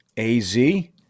A-Z